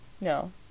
No